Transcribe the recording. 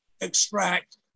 extract